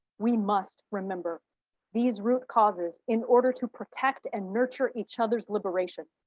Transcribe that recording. we must remember these root causes in order to protect and nurture each other's liberation.